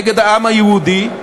נגד העם היהודי,